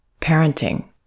parenting